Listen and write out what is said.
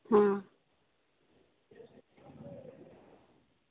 आं